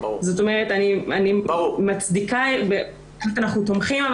אנחנו תומכים,